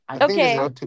Okay